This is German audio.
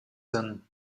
hin